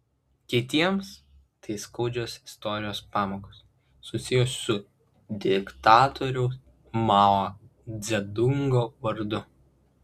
kitiems tai skaudžios istorijos pamokos susijusios su diktatoriaus mao dzedungo vardu